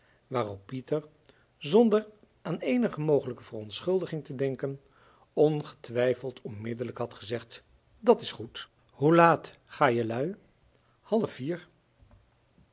waarop pieter zonder aan eenige mogelijke verontschuldiging te denken ongetwijfeld onmiddellijk had gezegd dat s goed hoe laat ga jelui